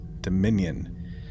Dominion